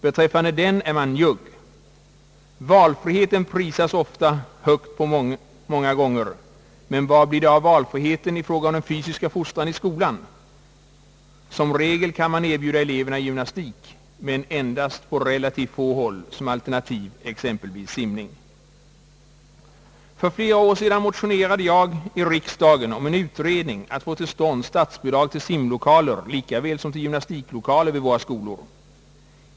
Beträffande den är man njugg. Valfribeten prisas högt många gånger, men vad blir det av valfriheten i fråga om den fysiska fostran i skolan? Som regel kan man erbjuda eleverna gymnastik, men endast på relativt få håll som alternativ exempelvis simning. För flera år sedan motionerade jag i riksdagen om en utredning för att få till stånd statsbidrag till simlokaler lika väl som till gymnastiklokaler vid våra skolor.